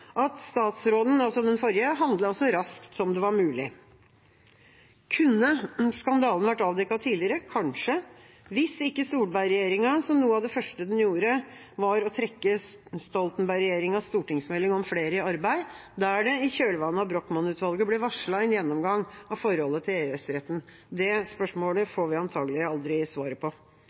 den tidligere statsråden handlet så raskt som det var mulig. Kunne skandalen vært avdekket tidligere? Kanskje – hvis ikke Solberg-regjeringa, som noe av det første den gjorde, hadde trukket Stoltenberg-regjeringas stortingsmelding om flere i arbeid, der det i kjølvannet av Brochmann-utvalget ble varslet en gjennomgang av forholdet til EØS-retten. Det spørsmålet får vi antagelig aldri svaret på.